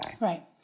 Right